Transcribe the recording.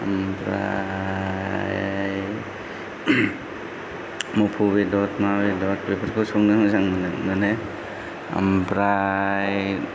ओमफ्राय मोफौ बेदर ना बेदर बेफोरखौ संनो मोजां मोनो ओमफ्राय